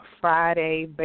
Friday